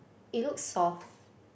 it looks soft